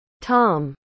Tom